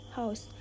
house